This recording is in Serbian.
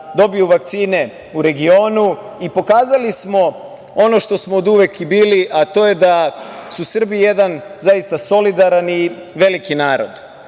dobiju vakcine u regionu i pokazali smo ono što smo oduvek i bili, a to je da su Srbi jedan zaista solidaran i veliki narod.E,